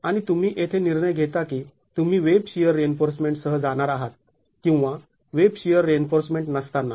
आणि तुम्ही येथे निर्णय घेता की तुम्ही वेब शिअर रिइन्फोर्समेंट सह जाणार आहात किंवा वेब शिअर रिइन्फोर्समेंट नसताना